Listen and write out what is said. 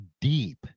deep